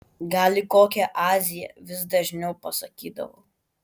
gal į kokią aziją vis dažniau pasakydavau